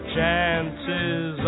Chances